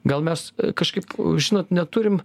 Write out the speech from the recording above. gal mes kažkaip žinot neturim